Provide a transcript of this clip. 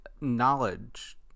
knowledge